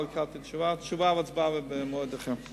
אם אפשר לדחות את התשובה ואת ההצבעה למועד אחר.